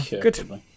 good